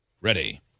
ready